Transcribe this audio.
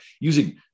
using